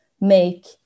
make